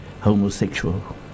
homosexual